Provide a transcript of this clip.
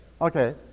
Okay